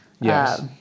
Yes